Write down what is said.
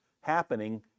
happening